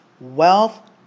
wealth